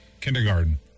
Kindergarten